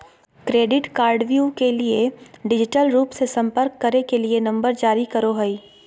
credit कार्डव्यू के लिए डिजिटल रूप से संपर्क करे के लिए नंबर जारी करो हइ